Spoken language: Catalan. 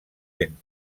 ben